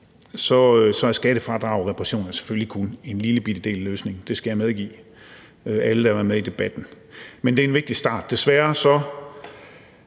er skattefradrag og reparationer selvfølgelig kun en lille bitte del af løsningen, det skal jeg medgive alle, der har været med i debatten, men det er en vigtig start. Desværre har